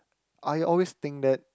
I always think that